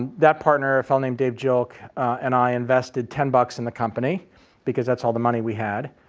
that partner, a fellow named dave jilk and i invested ten bucks in the company because that's all the money we had.